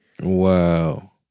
Wow